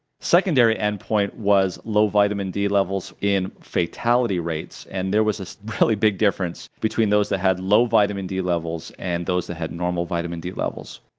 secondary endpoint was low vitamin d levels in fatality rates, and there was a really big difference between those that had low vitamin d levels and those that had normal vitamin d levels,